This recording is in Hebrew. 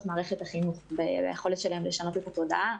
מערכת החינוך וביכולת שלהן לשנות את התודעה,